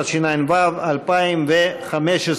התשע"ו 2015,